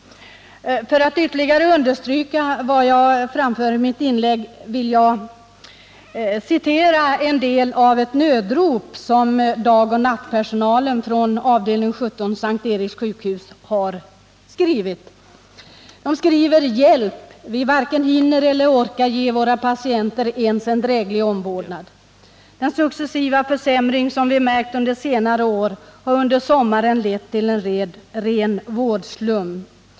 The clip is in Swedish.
För att ytterligare understryka vad jag framförde i mitt tidigare inlägg vill jag citera en del av ett nödrop som dagoch nattpersonalen på avdelning 17 på S:t Eriks sjukhus i Stockholm har skrivit: ”Hjälp! Vi varken hinner eller orkar ge våra patienter ens en dräglig omvårdnad! Den successiva försämring som vi märkt under de senaste åren har under sommaren lett till ren vårdslum.